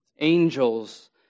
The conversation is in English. angels